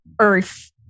earth